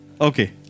Okay